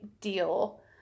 deal